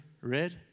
red